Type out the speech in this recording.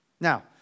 Now